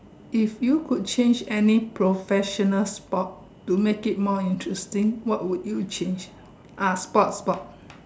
if you could change any professional sport to make it more interesting what would you change ah sport sport